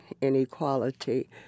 inequality